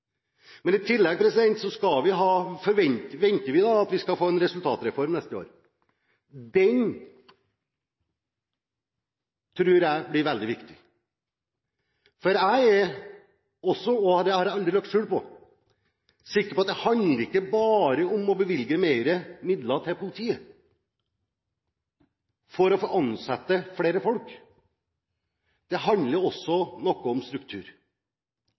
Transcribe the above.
I tillegg venter vi at vi skal få en resultatreform neste år. Den tror jeg blir veldig viktig. For jeg er også – og det har jeg aldri lagt skjul på – sikker på at det ikke bare handler om å bevilge flere midler til politiet for å få ansette flere folk. Det handler også noe om struktur.